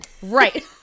Right